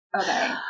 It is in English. okay